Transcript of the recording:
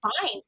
fine